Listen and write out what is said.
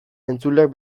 entzuleak